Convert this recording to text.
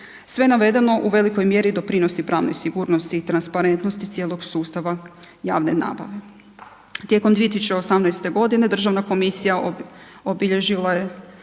Sve navedeno u velikoj mjeri doprinosi pravnoj sigurnosti i transparentnosti cijelog sustava javne nabave. Tijekom 2018.g. državna komisija obilježila je